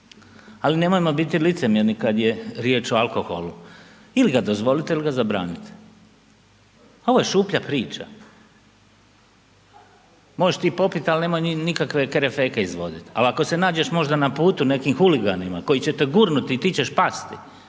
Ali, nemojmo biti licemjerni kad je riječ o alkoholu. Ili ga dozvolite ili ga zabranite. Pa ovo je šuplja priča. Možeš ti popit, ali nemoj nikakve kerefeke izvoditi, ali ako se nađeš možda na putu nekim huliganima koji će te gurnuti i ti ćeš pasti,